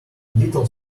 little